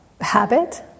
habit